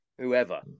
whoever